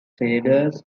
traders